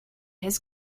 his